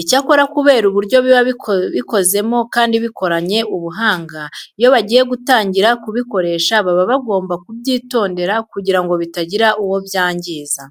Icyakora kubera uburyo biba bikozemo kandi bikoranwe ubuhanga, iyo bagiye gutangira kubikoresha baba bagomba kubyitondera kugira ngo bitagira uwo byangiza.